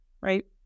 Right